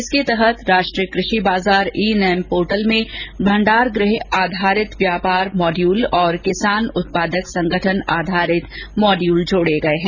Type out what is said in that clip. इसके तहत राष्ट्रीय कृषि बाजार ई नैम पोर्टल में मंडारगूह आधारित व्यापार मॉड्यूल और किसान उत्पादक संगठन आधारित मॉड्यूल जोडे गये हैं